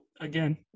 Again